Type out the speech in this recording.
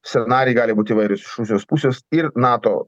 scenarijai gali būti įvairūs iš rusijos pusės ir nato